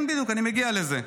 כן, בדיוק, אני מגיע לזה.